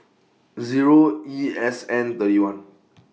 Zero E S N thirty one